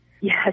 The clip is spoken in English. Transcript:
Yes